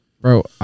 Bro